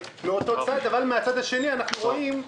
אבל מהצד השני, אנחנו רואים,